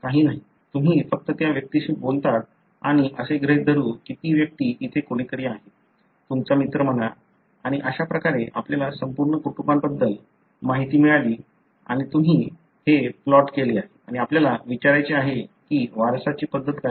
तुम्ही फक्त त्या व्यक्तीशी बोललात आणि असे गृहीत धरू की ती व्यक्ती इथे कोणीतरी आहे तुमचा मित्र म्हणा आणि अशा प्रकारे आपल्याला संपूर्ण कुटुंबाबद्दल माहिती मिळाली आणि तुम्ही हे प्लॉट केले आणि आपल्याला विचारायचे आहे की वारसाची पद्धत काय आहे